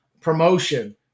promotion